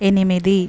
ఎనిమిది